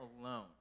alone